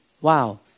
Wow